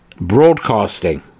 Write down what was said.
broadcasting